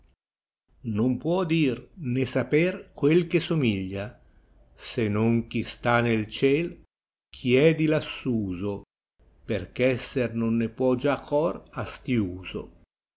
non può dir né saper quel che somiglia se non chi sta nel ciel chi è di lassoso perch esser non ne può già cor astiusoj i